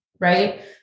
right